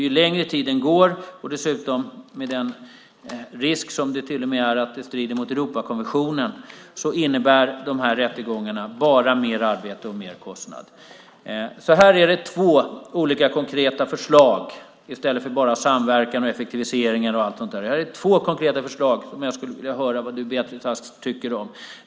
Ju längre tid som går, och dessutom med den risk som det till och med är att det strider mot Europakonventionen, innebär de här rättegångarna bara mer arbete och större kostnader. Här är två olika, konkreta förslag i stället för bara samverkan och effektiviseringar och allt sådant där. Här är två konkreta förslag som jag skulle vilja höra vad du, Beatrice Ask, tycker om.